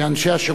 התכוונת,